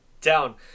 down